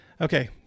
okay